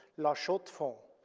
la chaux-de-fonds.